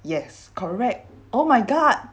yes correct oh my god